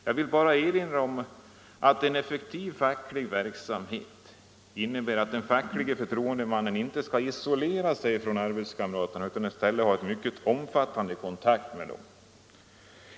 Jag vill bara erinra om att en effektiv facklig verksamhet innebär att den facklige förtroendemannen inte skall isolera sig från sina arbetskamrater utan i stället ha en mycket omfattande kontakt med dem.